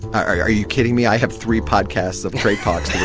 are you kidding me? i have three podcasts of trade talks yeah